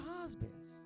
husbands